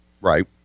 Right